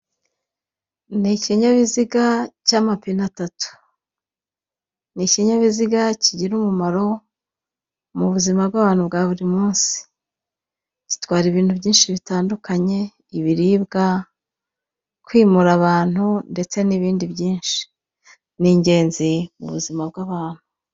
Ni ikinyabiziga cy'amapine atatu. Ni ikinyabiziga kigira umumaro mu buzima bw'abantu bwa buri munsi . Gitwara ibintu byinshi bitandukanye , ibiribwa kwimura abantu, ndetse ni'ibindi byinshi. N'ingenzi mu buzima bw'abantu.